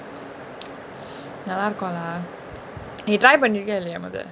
நல்லா இருக்கு:nalla iruku lah நீ:nee try பன்னிருக்கியா இல்லயா மொத:pannirukiyaa illayaa motha